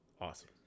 Awesome